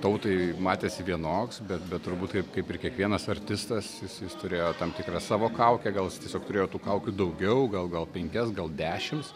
tautai matėsi vienoks bet bet turbūt taip kaip ir kiekvienas artistas jis jis turėjo tam tikrą savo kaukę gal jis tiesiog turėjo tų kaukių daugiau gal gal penkias gal dešimts